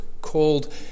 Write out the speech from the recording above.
called